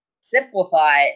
simplify